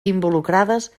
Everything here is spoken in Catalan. involucrades